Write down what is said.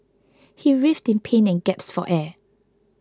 he writhed in pain and gaps for air